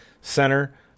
center